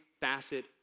facet